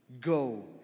Go